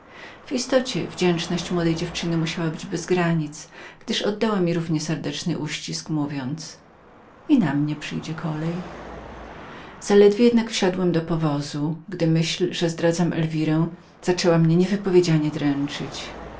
w istocie wdzięczność młodej dziewczyny musiała być bez granic gdyż oddała mi równie serdeczny uścisk zaledwie jednak wsiadłem do powozu gdy myśl że zdradzam elwirę zaczęła niewypowiedzianie mnie dręczyć